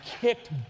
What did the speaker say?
kicked